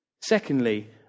Secondly